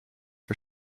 for